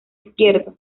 izquierdo